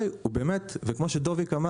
כמו שדובי אמר